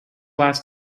last